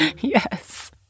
Yes